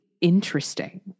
interesting